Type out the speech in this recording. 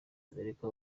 amerika